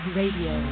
radio